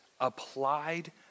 applied